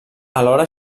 alhora